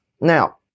Now